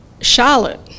Charlotte